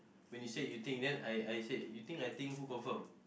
when you said you think then I I said then you think I think who confirm